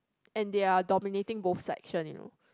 and they are dominating both segment you know